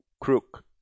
crook